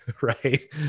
right